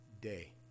day